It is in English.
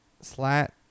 slat